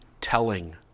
telling